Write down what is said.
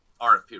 RFP